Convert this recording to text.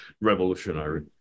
revolutionary